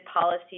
policies